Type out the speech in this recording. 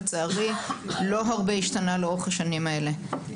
לצערי, לא הרבה השתנה לאורך השנים האלה.